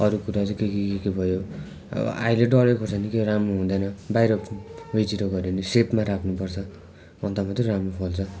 अरू कुरा चाहिँ के के के के भयो अबअहिले डल्लो खोर्सानी निक्कै राम्रो हुँदैन बाहिर गऱ्यो भने सेपमा राख्नु पर्छ अन्त मात्र राम्रो फल्छ